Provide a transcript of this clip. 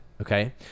okay